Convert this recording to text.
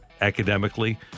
academically